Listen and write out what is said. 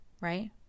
right